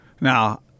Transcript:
now